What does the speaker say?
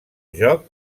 joc